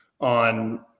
on